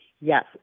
Yes